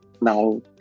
now